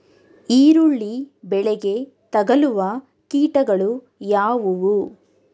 ಈರುಳ್ಳಿ ಬೆಳೆಗೆ ತಗಲುವ ಕೀಟಗಳು ಯಾವುವು?